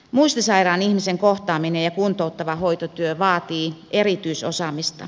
muistisairaan ihmisen kohtaaminen ja kuntouttava hoitotyö vaativat erityisosaamista